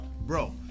bro